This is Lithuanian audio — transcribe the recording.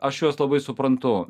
aš juos labai suprantu